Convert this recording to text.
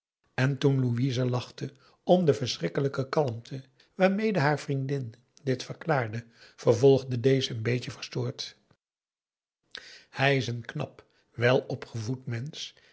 en toen louise lachte om de verschrikkelijke kalmte waarmede haar vriendin dit verklaarde vervolgde deze een beetje verstoord hij is een knap welopgevoed mensch